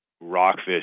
rockfish